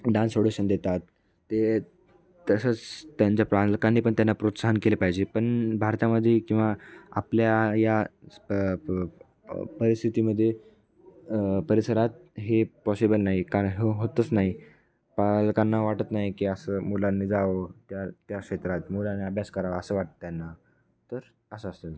dance audition देतात ते तसंच त्यांच्या पालकांनीपण त्यांना प्रोत्साहन केले पाहिजे पण भारतामध्ये किंवा आपल्या या प परिस्थितीमध्ये परिसरात हे पॉसिबल नाही कारण हे होतच नाही पालकांना वाटत नाही की असं मुलांनी जावं त्या त्या क्षेत्रात मुलांना अभ्यास करावं असं वाटतं त्यांना तर असं असेल